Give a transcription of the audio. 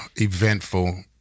eventful